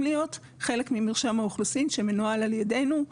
להיות חלק ממרשם האוכלוסין שמנוהל על ידינו,